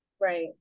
Right